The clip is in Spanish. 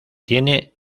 tiene